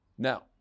Now